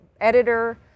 editor